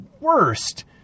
worst